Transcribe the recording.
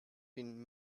been